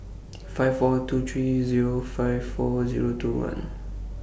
five four two three Zero five four Zero two one